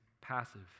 passive